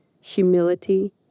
humility